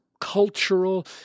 cultural